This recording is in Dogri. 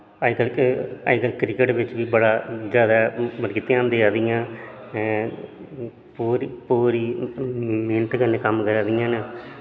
अज्जकल अज्जकल क्रिकेट बिच्च बी बड़ा ज्यादा मतलब कि ध्यान देआ दियां पूर पूरी मेहनत कन्नै कम्म करा दियां न